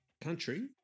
country